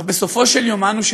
אך בסופו של דבר אנו,